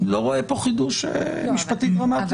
לא רואה פה חידוש משפטי דרמטי.